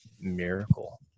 miracle